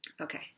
Okay